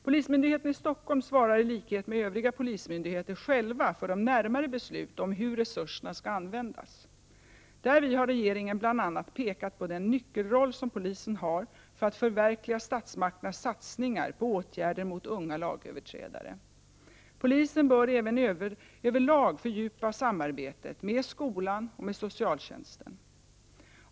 Polismyndigheten i Stockholm svarar, i likhet med övriga polismyndigheter, själv för de närmare besluten om hur resurserna skall användas. Därvid har regeringen bl.a. pekat på den nyckelroll som polisen har för att förverkliga statsmakternas satsningar på åtgärder mot unga lagöverträdare. Polisen bör även överlag fördjupa samarbetet med skolan och socialtjänsten.